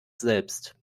selbst